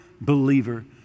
believer